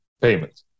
payment